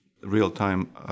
real-time